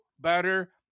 better